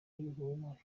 y’ihumure